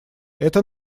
это